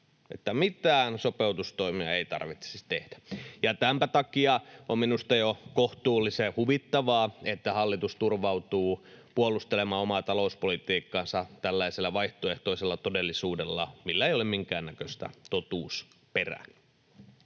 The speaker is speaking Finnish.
mitään sopeutustoimia ei tarvitsisi tehdä. Tämänpä takia minusta on jo kohtuullisen huvittavaa, että hallitus turvautuu puolustelemaan omaa talouspolitiikkaansa tällaisella vaihtoehtoisella todellisuudella, millä ei ole minkäännäköistä totuusperää.